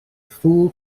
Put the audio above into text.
full